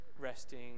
resting